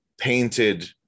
Painted